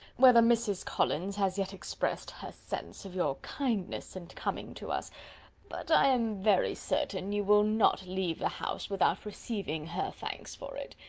whether mrs. collins has yet expressed her sense of your kindness and in coming to us but i am very certain you will not leave the house without receiving her thanks for it.